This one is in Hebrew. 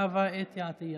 אתי עטייה.